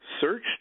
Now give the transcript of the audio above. Search